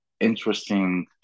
interesting